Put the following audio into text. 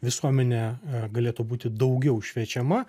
visuomenė galėtų būti daugiau šviečiama